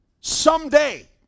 someday